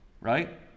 right